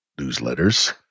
newsletters